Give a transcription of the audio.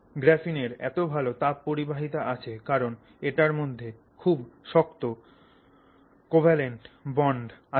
গ্রাফিনের এত ভালো তাপ পরিবাহিতা আছে কারণ এটার মধ্যে খুব শক্ত কোভ্যালেন্ট বন্ড আছে